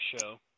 Show